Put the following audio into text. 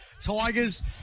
Tigers